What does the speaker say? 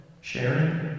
sharing